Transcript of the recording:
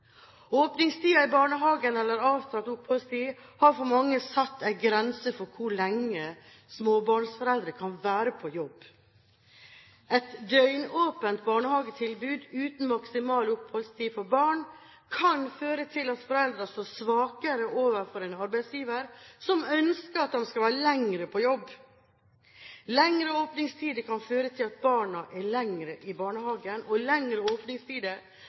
i barnehagen eller avtalt oppholdstid har for mange satt en grense for hvor lenge småbarnsforeldre kan være på jobb. Et døgnåpent barnehagetilbud uten maksimal oppholdstid for barna kan føre til at foreldrene står svakere overfor en arbeidsgiver som ønsker at man skal være lenger på jobb. Lengre åpningstider kan føre til at barna er lenger i barnehagen, og lengre